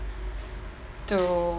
to